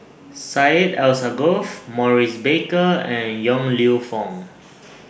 Syed Alsagoff Maurice Baker and Yong Lew Foong